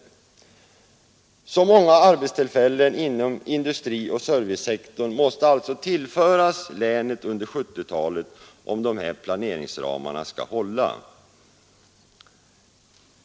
Så många arbetstillfällen inom industrioch servicesektorn måste alltså tillföras länet under 1970-talet, om planeringsramarna skall hålla.